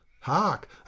Hark